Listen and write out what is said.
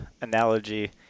analogy